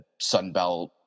Sunbelt